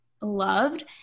loved